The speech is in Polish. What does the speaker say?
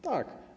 Tak.